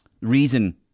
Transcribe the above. reason